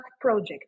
project